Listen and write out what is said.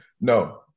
No